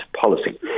policy